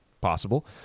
Possible